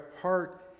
heart